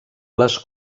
les